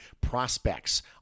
prospects